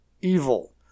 evil